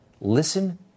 Listen